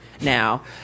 now